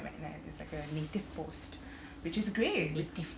like like it's like a native post which is great